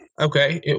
Okay